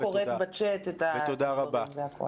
אני פשוט קוראת בצ'אט את הדברים, זה הכל.